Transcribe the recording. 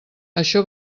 això